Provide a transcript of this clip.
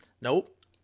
Nope